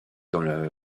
dans